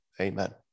amen